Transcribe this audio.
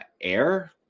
air